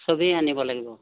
সবেই আনিব লাগিব